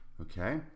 Okay